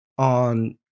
On